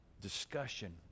discussion